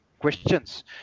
questions